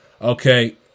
Okay